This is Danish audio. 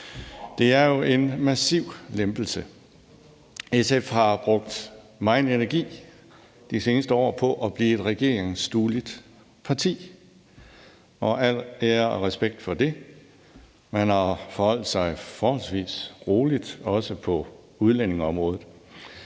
Det er jo en massiv lempelse. SF har brugt megen energi de seneste år på at blive et regeringsdueligt parti, og al ære og respekt for det. Man har forholdt sig forholdsvis roligt også på udlændingeområdet.